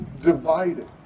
divided